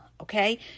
Okay